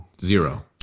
zero